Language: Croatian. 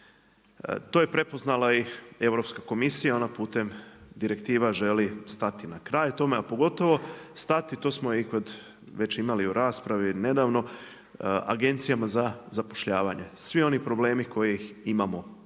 To je prepoznala i Europska komisija, ona putem direktiva želi stati na kraj tome a pogotovo stati to smo i kod, već imali u raspravi nedavno agencijama za zapošljavanje, svi oni problemi koje imamo